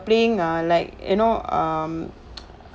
playing ah like you know um